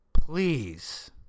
please